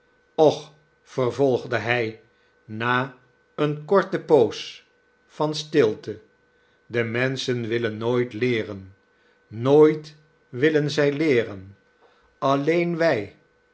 och vervolgde hij na eene korte poos van stilte de menschen willen nooit leeren nooit willen zij leeren alleen wij